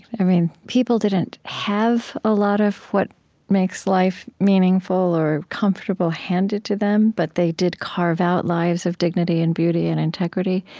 and people didn't have a lot of what makes life meaningful or comfortable handed to them, but they did carve out lives of dignity and beauty and integrity.